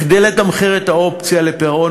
כדי לתמחר את האופציה לפירעון